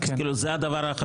כאילו זה הדבר האחרון?